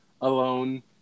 alone